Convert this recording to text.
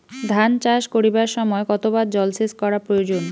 ধান চাষ করিবার সময় কতবার জলসেচ করা প্রয়োজন?